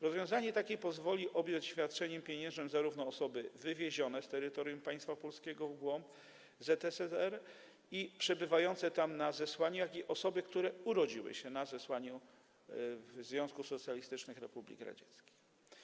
Rozwiązanie takie pozwoli objąć świadczeniem pieniężnym zarówno osoby wywiezione z terytorium państwa polskiego w głąb ZSRR i przebywające tam na zesłaniu, jak i osoby, które urodziły się na zesłaniu w Związku Socjalistycznych Republik Radzieckich.